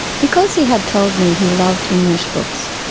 because he had told me he loved english books,